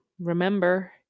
Remember